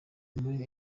muri